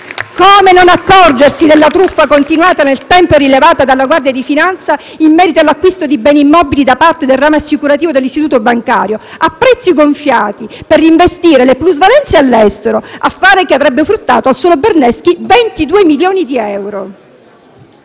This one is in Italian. come non accorgersi della truffa continuata nel tempo e rilevata dalla Guardia di finanza in merito all'acquisto di beni immobili da parte del ramo assicurativo dell'istituto bancario a prezzi gonfiati per reinvestire le plusvalenze all'estero, affare che avrebbe fruttato al solo Berneschi 22 milioni di euro.